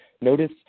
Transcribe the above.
notice